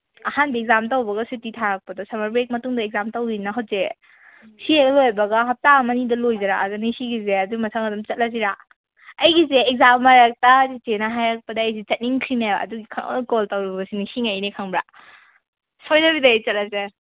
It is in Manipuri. ꯑꯍꯥꯟꯕ ꯑꯦꯛꯖꯥꯝ ꯇꯧꯕꯒ ꯁꯨꯇꯤ ꯊꯥꯔꯛꯄꯗꯣ ꯁꯝꯃꯔ ꯕ꯭ꯔꯦꯛ ꯃꯇꯨꯡꯗ ꯑꯦꯛꯖꯥꯝ ꯇꯧꯋꯤꯗꯅ ꯍꯧꯖꯤꯛ ꯁꯤ ꯍꯦꯛ ꯂꯣꯏꯕꯒ ꯍꯞꯇꯥ ꯑꯃ ꯑꯅꯤꯗ ꯂꯣꯏꯗꯅ ꯁꯤꯒꯤꯁꯦ ꯑꯗꯨ ꯃꯊꯪ ꯑꯗꯨꯝ ꯆꯠꯂꯁꯤꯔ ꯑꯩꯒꯤꯁꯦ ꯑꯦꯛꯖꯥꯝ ꯃꯔꯛꯇ ꯆꯤꯆꯦꯅ ꯍꯥꯏꯔꯛꯄꯗꯒꯤ ꯑꯩꯁꯦ ꯆꯠꯅꯤꯡꯈ꯭ꯔꯤꯅꯦꯕ ꯑꯗꯨꯒꯤ ꯀꯣꯜ ꯇꯧꯔꯨꯕꯁꯤ ꯅꯤꯡꯁꯤꯡꯉꯛꯏꯅꯦ ꯈꯪꯕ꯭ꯔ ꯁꯣꯏꯗꯕꯤꯗꯗꯤ ꯆꯠꯂꯁꯦ